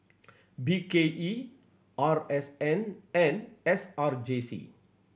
B K E R S N and S R J C